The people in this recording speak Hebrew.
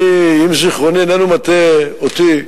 אם זיכרוני איננו מטעה אותי,